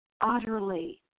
utterly